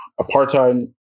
apartheid